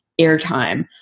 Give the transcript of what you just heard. airtime